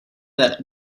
that